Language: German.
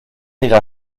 ihrer